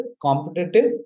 competitive